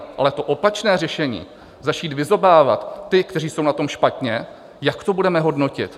Ale opačné řešení, začít vyzobávat ty, kteří jsou na tom špatně jak to budeme hodnotit?